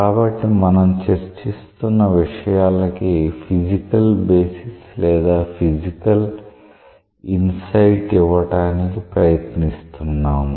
కాబట్టి మనం చర్చిస్తున్న విషయాలకి ఫిజికల్ బేసిస్ లేదా ఫిజికల్ ఇన్సైట్ ఇవ్వడానికి ప్రయత్నిస్తున్నాము